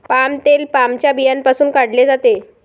palm तेल पामच्या बियांपासून काढले जाते